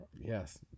yes